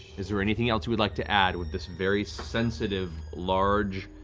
is there anything else you would like to add with this very sensitive large